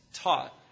taught